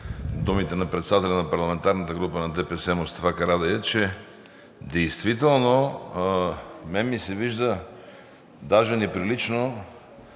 думите на председателя на парламентарната група на ДПС Мустафа Карадайъ, че действително на мен ми се вижда даже неприлично